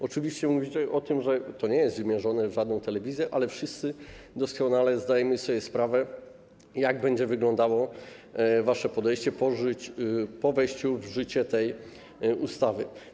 Oczywiście mówicie o tym, że to nie jest wymierzone w żadną telewizję, ale wszyscy doskonale zdajemy sobie sprawę, jak będzie wyglądało wasze podejście po wejściu w życie tej ustawy.